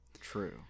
True